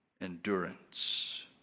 endurance